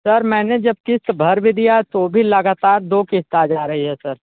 sir मैंने जब किस्त भर भी दिया तो भी लगातार दो किस्त आ जा रही है सर